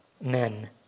men